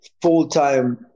full-time